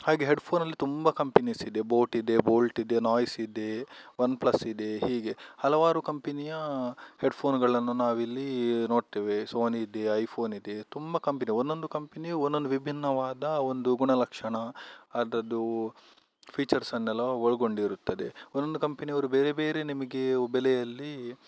ಹಾಗೆ ಹೆಡ್ಫೋನಲ್ಲಿ ತುಂಬ ಕಂಪೆನೀಸ್ ಇದೆ ಬೋಟ್ ಇದೆ ಬೋಲ್ಟ್ ಇದೆ ನಾಯ್ಸ್ ಇದೆ ಒನ್ ಪ್ಲಸ್ ಇದೆ ಹೀಗೆ ಹಲವಾರು ಕಂಪೆನಿಯ ಹೆಡ್ಫೋನ್ಗಳನ್ನು ನಾವಿಲ್ಲಿ ನೋಡ್ತೇವೆ ಸೋನಿ ಇದೆ ಐ ಫೋನ್ ಇದೆ ತುಂಬ ಕಂಪೆನಿ ಒಂದೊಂದು ಕಂಪೆನಿಯು ಒಂದೊಂದು ವಿಭಿನ್ನವಾದ ಒಂದು ಗುಣಲಕ್ಷಣ ಅದರದ್ದೂ ಫೀಚರ್ಸನ್ನೆಲ್ಲ ಒಳಗೊಂಡಿರುತ್ತದೆ ಒಂದೊಂದು ಕಂಪೆನಿಯವರು ಬೇರೆ ಬೇರೆ ನಿಮಗೆ ಬೆಲೆಯಲ್ಲಿ